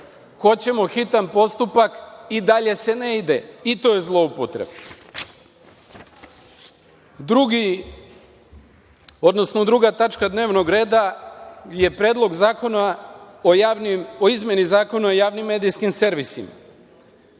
hoćemo hitan postupak i dalje se ne ide. I to je zloupotreba. Druga tačka dnevnog reda je Predlog zakona o izmeni Zakona o javnim medijskim servisima.